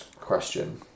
question